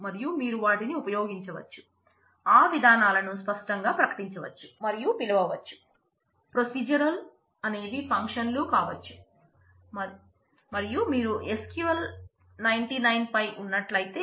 మరియు మీరు వాటిని ఉపయోగించవచ్చు ఆ విధానాలను స్పష్టంగా ప్రకటించవచ్చు మరియు పిలవవచ్చు